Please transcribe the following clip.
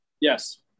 Yes